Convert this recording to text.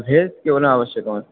head केवलमावश्यकमस्ति